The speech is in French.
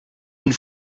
une